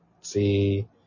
see